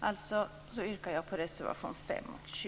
Alltså yrkar jag bifall till reservationerna 5 och